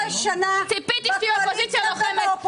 12 שנים הייתי לוחמת.